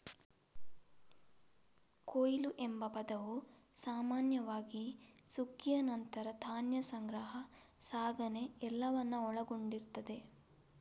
ಕೊಯ್ಲು ಎಂಬ ಪದವು ಸಾಮಾನ್ಯವಾಗಿ ಸುಗ್ಗಿಯ ನಂತರ ಧಾನ್ಯ ಸಂಗ್ರಹ, ಸಾಗಣೆ ಎಲ್ಲವನ್ನ ಒಳಗೊಂಡಿರ್ತದೆ